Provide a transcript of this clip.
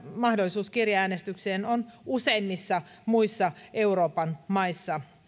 mahdollisuus kirjeäänestykseen on useimmissa muissa euroopan maissa